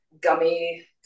gummy